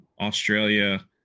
Australia